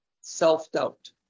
self-doubt